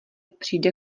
přijde